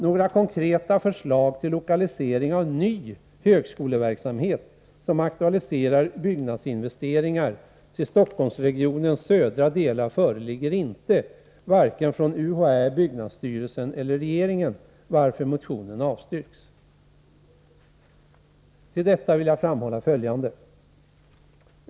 Några konkreta förslag till lokalisering av ny högskoleverksamhet som aktualiserar byggnadsinvesteringar till Stockholmsregionens södra delar föreligger inte, varken från universitetsoch högskoleämbetet , byggnadsstyrelsen eller regeringen, varför motionen avstyrks.” Till detta vill jag framhålla följande.